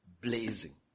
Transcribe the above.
blazing